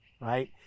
right